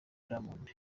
diamond